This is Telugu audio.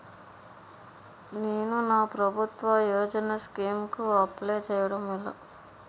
నేను నా ప్రభుత్వ యోజన స్కీం కు అప్లై చేయడం ఎలా?